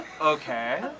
okay